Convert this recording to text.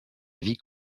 vie